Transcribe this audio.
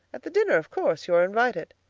at the dinner, of course. you are invited.